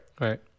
Right